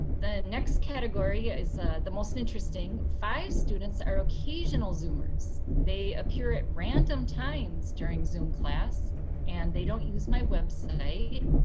the next category ah is the most interesting. five students are occasional zoomers. they appear at random times during zoom class and they don't use my website.